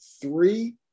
three